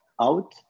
out